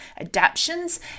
adaptions